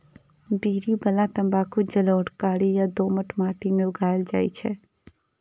बीड़ी बला तंबाकू जलोढ़, कारी आ दोमट माटि मे उगायल जाइ छै